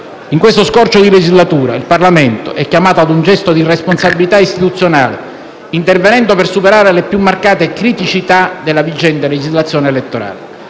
In questo scorcio di legislatura, il Parlamento è chiamato a un gesto di responsabilità istituzionale, intervenendo per superare le più marcate criticità della vigente legislazione elettorale.